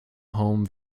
home